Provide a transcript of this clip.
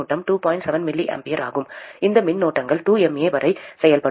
7 mA ஆகும் இந்த மின்னோட்டங்கள் 2 mA வரை செயல்படும்